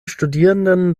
studierenden